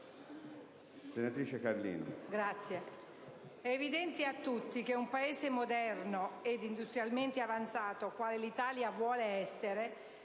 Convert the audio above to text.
Presidente. È evidente a tutti come un Paese moderno e industrialmente avanzato quale l'Italia vuole essere